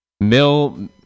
mill